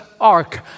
ark